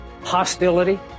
Hostility